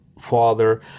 father